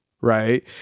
Right